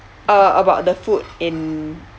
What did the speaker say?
uh about the food in